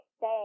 say